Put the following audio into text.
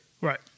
Right